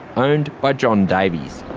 owned by john davies.